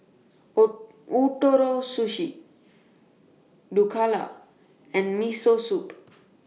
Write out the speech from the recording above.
O Sushi Dhokla and Miso Soup